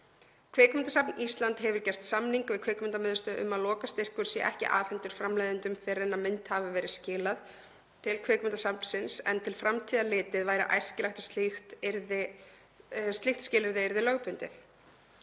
Kvikmyndasafn Íslands hefur gert samninga við Kvikmyndamiðstöð um að lokastyrkur sé ekki afhentur framleiðendum fyrr en mynd hafi verið skilað til Kvikmyndasafnsins en til framtíðar litið væri æskilegt að slíkt skilyrði yrði lögbundið.